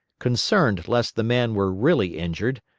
concerned lest the man were really injured,